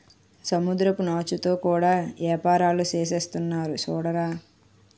సముద్రపు నాచుతో కూడా యేపారాలు సేసేస్తున్నారు సూడరా